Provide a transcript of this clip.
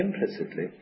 implicitly